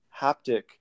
haptic